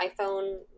iPhone